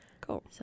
Cool